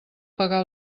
pagar